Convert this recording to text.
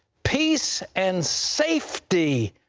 peace and safety,